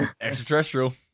Extraterrestrial